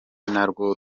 narwo